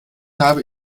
habe